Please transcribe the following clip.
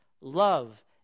love